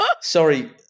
Sorry